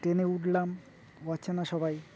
ট্রেনে উঠলাম অচেনা সবাই